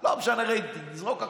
לא משנה רייטינג, נזרוק הכול.